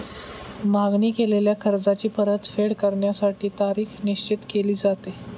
मागणी केलेल्या कर्जाची परतफेड करण्यासाठी तारीख निश्चित केली जाते